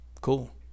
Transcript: Cool